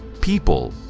People